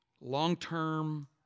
long-term